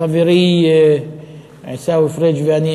חברי עיסאווי פריג' ואני,